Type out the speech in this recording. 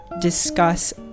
discuss